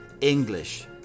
english